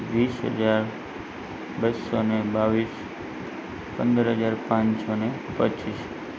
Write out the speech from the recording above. વીસ હજાર બસો ને બાવીસ પંદર હજાર પાંચસો ને પચ્ચીસ